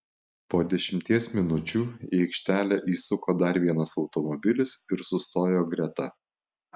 po dešimties minučių į aikštelę įsuko dar vienas automobilis ir sustojo greta